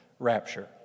rapture